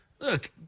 Look